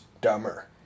dumber